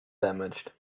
damaged